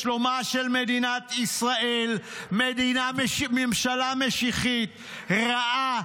-- לשלומה של מדינת ישראל, ממשלה משיחית, רעה.